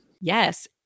Yes